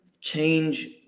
change